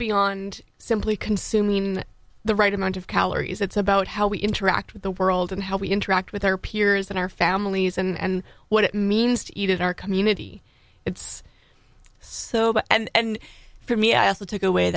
beyond simply consuming in the right amount of calories it's about how we interact with the world and how we interact with our peers and our families and what it means to eat in our community it's so and for me i also took away